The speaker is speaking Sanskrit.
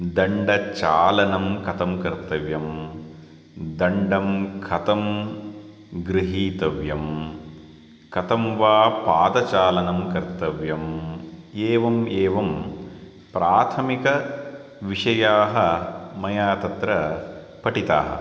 दण्डचालनं कथम कर्तव्यं दण्डं कथं गृहीतव्यं कथं वा पादचालनं कर्तव्यम् एवम् एवं प्राथमिकविषयाः मया तत्र पठिताः